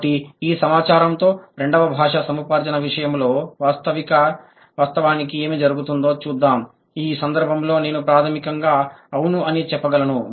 కాబట్టి ఈ సమాచారంతో రెండవ భాషా సముపార్జన విషయంలో వాస్తవానికి ఏమి జరుగుతుందో చూద్దాం ఈ సందర్భంలో నేను ప్రాథమికంగా అవును అని చెప్పగలను